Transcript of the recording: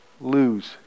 lose